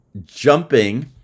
jumping